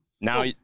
Now